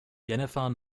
jennifer